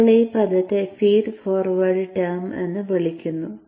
ഇപ്പോൾ ഈ പദത്തെ ഫീഡ് ഫോർവേഡ് ടേം എന്ന് വിളിക്കുന്നു